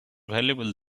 valuable